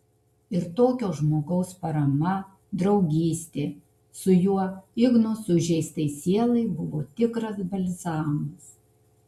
ir tokio žmogaus parama draugystė su juo igno sužeistai sielai buvo tikras balzamas